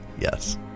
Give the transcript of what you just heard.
yes